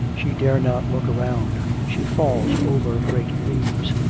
she dare not look round. she falls over great leaves.